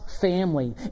family